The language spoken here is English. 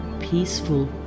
peaceful